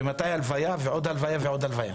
ומתי הלוויה, ועוד הלוויה ועוד הלוויה.